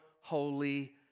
holy